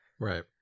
Right